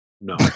No